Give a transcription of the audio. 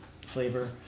flavor